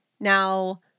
Now